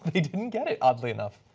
they didn't get it, oddly enough.